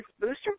booster